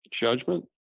judgment